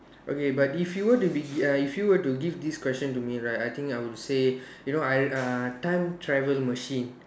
okay but if you were to be uh if you were to give this question to me right I think I would say you know I uh time travel machine